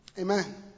Amen